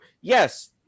Yes